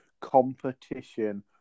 competition